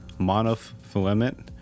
monofilament